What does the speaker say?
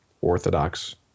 Orthodox